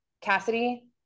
Cassidy